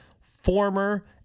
former